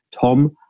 Tom